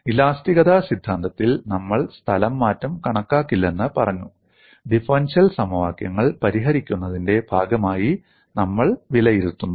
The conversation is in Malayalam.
ഇലാസ്തികത സിദ്ധാന്തത്തിൽ നമ്മൾ സ്ഥലംമാറ്റം കണക്കാക്കില്ലെന്ന് പറഞ്ഞു ഡിഫറൻഷ്യൽ സമവാക്യങ്ങൾ പരിഹരിക്കുന്നതിന്റെ ഭാഗമായി നമ്മൾ വിലയിരുത്തുന്നു